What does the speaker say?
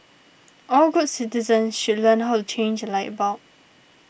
all good citizens should learn how to change a light bulb